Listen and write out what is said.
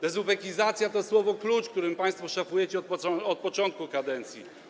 Dezubekizacja” to słowo klucz, którym państwo szafujecie od początku kadencji.